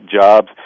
jobs